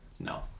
No